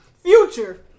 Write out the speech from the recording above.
Future